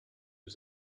was